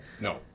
No